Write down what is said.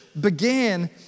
began